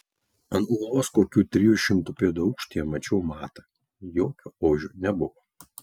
ant uolos kokių trijų šimtų pėdų aukštyje mačiau matą jokio ožio nebuvo